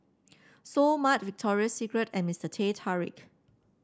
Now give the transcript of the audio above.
Seoul Mart Victoria Secret and Mister Teh Tarik